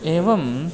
एवं